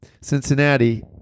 Cincinnati